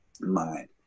mind